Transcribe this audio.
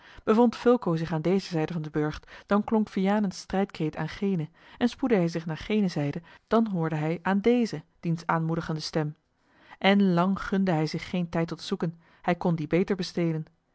bevond fulco zich aan deze zijde van den burcht dan klonk vianens strijdkreet aan gene en spoedde hij zich naar gene zijde dan hoorde hij aan deze diens aanmoedigende stem en lang gunde hij zich geen tijd tot zoeken hij kon dien beter besteden